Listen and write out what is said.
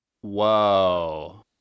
Whoa